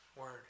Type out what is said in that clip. word